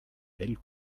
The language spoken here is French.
belle